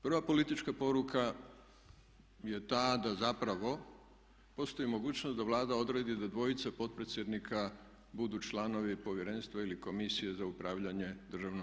Prva politička poruka je ta da zapravo postoji mogućnost da Vlada odredi da dvojica potpredsjednika budu članovi Povjerenstva ili Komisije za upravljanje državnom